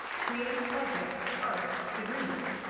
creative projects, art, degrees,